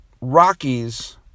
Rockies